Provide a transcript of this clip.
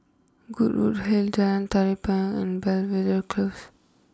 Goodwood Hill Jalan Tari Payong and Belvedere close